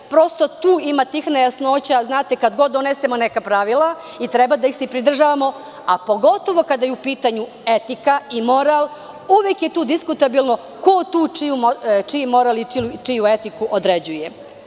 Prosto, tu ima nejasnoća, jer kada god donesemo neka pravila treba da ih se pridržavamo, a pogotovo kada je u pitanju etika i moral uvek je tu diskutabilno ko tu čiji moral i čuju etiku određuje.